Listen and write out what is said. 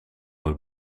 het